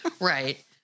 Right